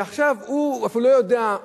ועכשיו הוא אפילו לא יודע,